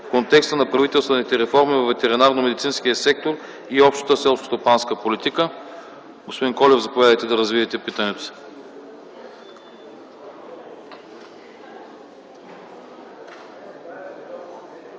в контекста на правителствените реформи във ветеринарномедицинския сектор и общата селскостопанска политика. Господин Колев, заповядайте да развиете питането си.